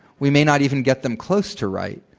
we may not even get them close to right,